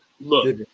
look